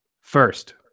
First